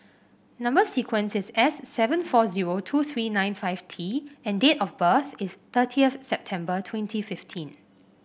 number sequence is S seven four zero two three nine five T and date of birth is thirtieth September twenty fifteen